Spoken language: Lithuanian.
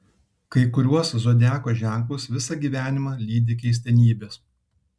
kai kuriuos zodiako ženklus visą gyvenimą lydi keistenybės